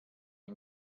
are